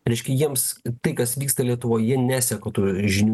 reiškia jiems tai kas vyksta lietuvoj jie neseka tų žinių